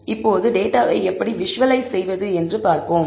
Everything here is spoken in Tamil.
இப்போது டேட்டாவை எவ்வாறு விஷுவலைஸ் செய்வது என்று பார்ப்போம்